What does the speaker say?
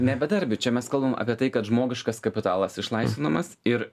ne bedarbių čia mes kalbam apie tai kad žmogiškas kapitalas išlaisvinamas ir